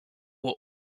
were